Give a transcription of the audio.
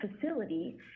facility